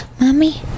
Mommy